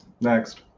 Next